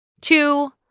Two